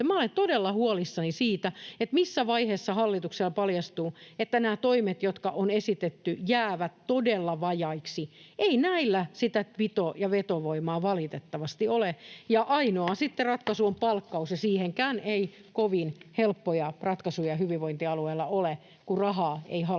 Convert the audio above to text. olen todella huolissani siitä, missä vaiheessa hallitukselle paljastuu, että nämä toimet, jotka on esitetty, jäävät todella vajaiksi. Ei näillä sitä pito- ja vetovoimaa valitettavasti ole. Ainoa ratkaisu on sitten palkkaus, ja siihenkään ei kovin helppoja ratkaisuja hyvinvointialueilla ole, kun rahaa ei